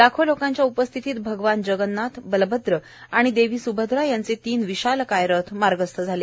लाखो लोकांच्या उपस्थितीत भगवान जगन्नाथ वलभद्र आणि देवी सुभद्रा यांचे तीन विशालकाय रथ मार्गस्थ झाले